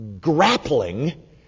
grappling